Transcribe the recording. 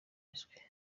miswi